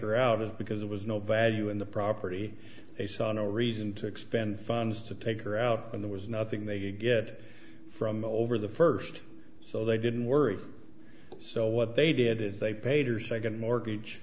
her out is because there was no value in the property they saw no reason to expend funds to take her out and there was nothing they could get from over the first so they didn't worry so what they did is they paid her second mortgage